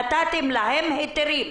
נתתם להן היתרים?